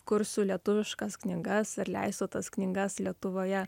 kursiu lietuviškas knygas ar leisiu tas knygas lietuvoje